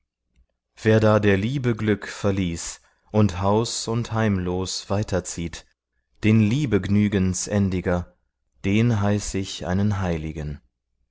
wer da der liebe glück verließ und haus und heimlos weiterzieht den liebegnügensendiger den heiß ich einen heiligen